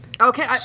Okay